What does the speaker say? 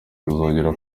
tuzongera